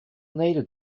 needed